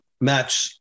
match